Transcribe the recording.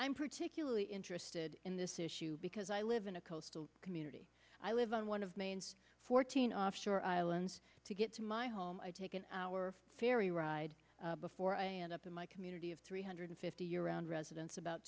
i'm particularly interested in this issue because i live in a coastal community i live on one of maine's fourteen offshore islands to get to my home i take an hour ferry ride before i end up in my community of three hundred fifty year round residents about